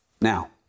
Now